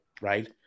right